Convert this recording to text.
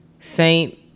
Saint